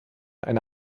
eine